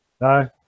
No